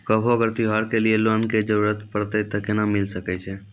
कभो अगर त्योहार के लिए लोन के जरूरत परतै तऽ केना मिल सकै छै?